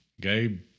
Gabe